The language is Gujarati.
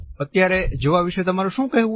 અત્યારે જવા વિશે તમારું શું કહેવું છે